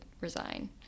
resign